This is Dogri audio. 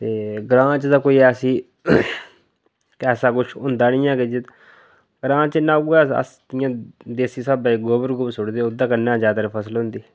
ते ग्रांऽ च ते कोई ऐसी ऐसा कुछ होंदा नेईं ग्रांऽ च इन्ना अस उयै देसी स्हाबै कन्नै गोवर गूवर सूटदे ओह्दे कन्नै गै ज्यादात्तर फसल होंदी